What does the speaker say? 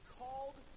called